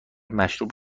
مشروب